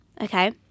Okay